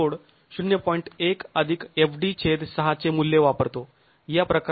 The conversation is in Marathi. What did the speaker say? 1 fd6 चे मूल्य वापरतो या प्रकरणात